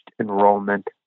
enrollment